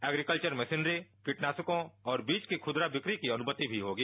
agriculture machinery कीटनाशको और बीज की खुदरा बिक्री की भी अनुमति होगी